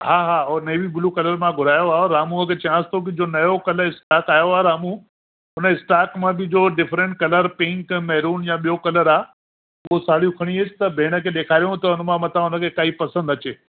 हा हा उहो नेवी ब्लू कलर मां घुरायो आहे रामूअ खे चयांसि थो की जो नओ कलैक्शन आहियो आहे रामू हुन स्टाक मां बि जो डिफ्रंट कलर पिंक महरुन या ॿियों कलर आहे उहे साड़ियूं खणी अच त भेण खे ॾिखारियूं त हुन मां मता हुन खे काई पसंदि अचे